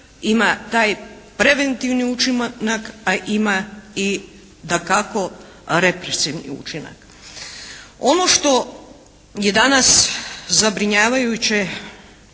ima taj preventivni učinak a ima i dakako represivni učinak. Ono što je danas zabrinjavajuće